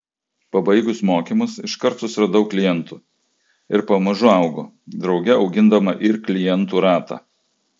pabaigus mokymus iškart susiradau klientų ir pamažu augu drauge augindama ir klientų ratą